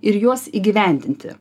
ir juos įgyvendinti